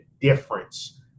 difference